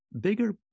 bigger